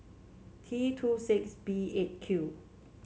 T two six B Eight Q